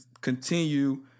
continue